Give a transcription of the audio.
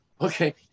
Okay